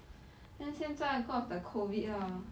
then 现在 cau~ of the COVID lah